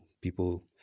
People